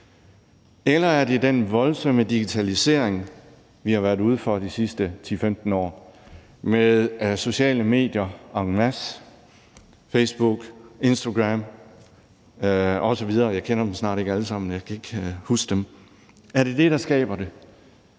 Eller er det den voldsomme digitalisering, vi har været ude for i de sidste 10-15 år, med sociale medier en masse – Facebook, Instagram osv.? Jeg kender snart